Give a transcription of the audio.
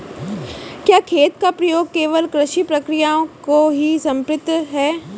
क्या खेत का प्रयोग केवल कृषि प्रक्रियाओं को ही समर्पित है?